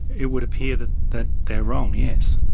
it would appear that that they're wrong, yes.